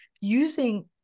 using